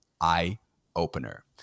eye-opener